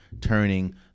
turning